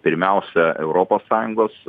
pirmiausia europos sąjungos